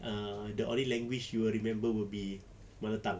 ah the only language you will remember will be mother tongue